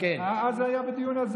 אז זה היה בדיון הזה.